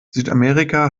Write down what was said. südamerika